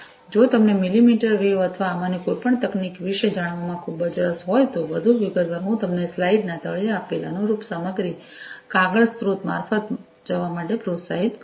જો તમને millimetre wave અથવા આમાંની કોઈપણ તકનીક વિશે જાણવામાં ખૂબ જ રસ હોય તો વધુ વિગતવાર હું તમને સ્લાઇડ ના તળિયે આપેલ અનુરૂપ સામગ્રી કાગળ સ્ત્રોત મારફતે જવા માટે પ્રોત્સાહિત કરીશ